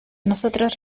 nosotros